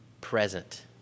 present